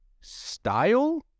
style